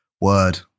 word